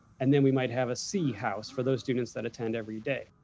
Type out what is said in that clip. and then we might have a c house for those students that attend every day.